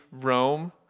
Rome